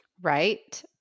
Right